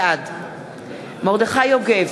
בעד מרדכי יוגב,